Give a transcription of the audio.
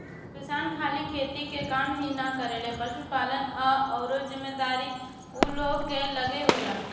किसान खाली खेती के काम ही ना करेलें, पशुपालन आ अउरो जिम्मेदारी ऊ लोग कअ लगे होला